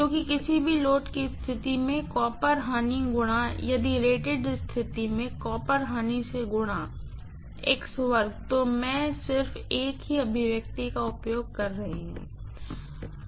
क्योंकि किसी भी लोड की स्थिति में कॉपर लॉस यदि रेटेड स्थिति में कॉपर लॉस के वर्ग से गुणा है तो मैं सिर्फ एक ही अभिव्यक्ति का उपयोग कर रही हूँ